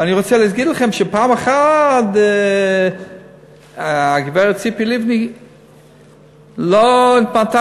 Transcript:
ואני רוצה להגיד לכם שפעם אחת הגברת ציפי לבני לא התמנתה